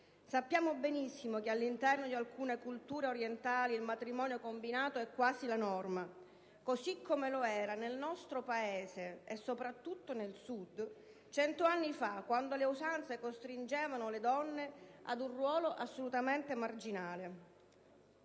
sappiamo benissimo che all'interno di alcune culture orientali il matrimonio combinato è quasi la norma, così come lo era nel nostro Paese, e soprattutto nel Sud, cento anni fa, quando le usanze costringevano le donne ad un ruolo assolutamente marginale.